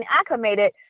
acclimated